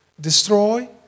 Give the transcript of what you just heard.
destroy